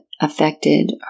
affected